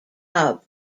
hub